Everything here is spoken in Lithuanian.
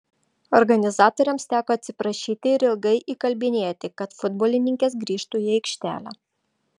organizatoriams teko atsiprašyti ir ilgai įkalbinėti kad futbolininkės grįžtų į aikštelę